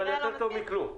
אבל יותר טוב מכלום.